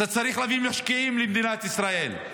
אתה צריך להביא משקיעים למדינת ישראל.